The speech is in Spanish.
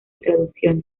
traducciones